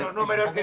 um jovana